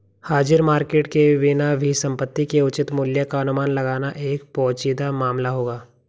हाजिर मार्केट के बिना भी संपत्ति के उचित मूल्य का अनुमान लगाना एक पेचीदा मामला होगा